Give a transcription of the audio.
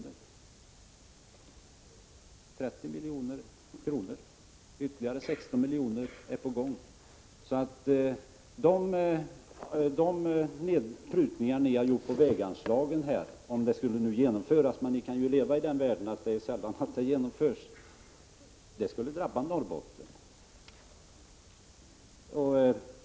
Enbart i Norrbotten har det 16 april 1986 prutningar ni har gjort på väganslagen skulle genomföras — men ni kan ju leva ds buldeer i den världen att förslagen sällan genomförs — skulle det drabba Norrbotten.